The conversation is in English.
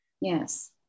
Yes